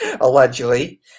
allegedly